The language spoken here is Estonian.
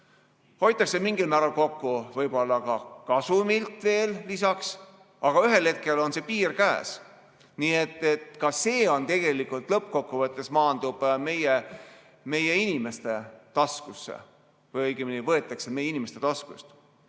hoitakse mingil määral kokku võib-olla ka kasumilt veel lisaks, aga ühel hetkel on piir käes. Nii et ka see lõppkokkuvõttes maandub meie inimeste taskusse või see õigemini võetakse meie inimeste taskust.